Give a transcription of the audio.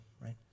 right